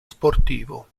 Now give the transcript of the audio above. sportivo